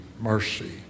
mercy